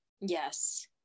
Yes